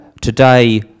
today